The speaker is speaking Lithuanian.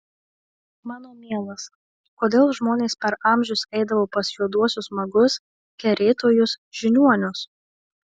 mano mielas kodėl žmonės per amžius eidavo pas juoduosius magus kerėtojus žiniuonius